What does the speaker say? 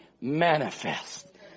manifest